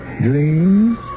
dreams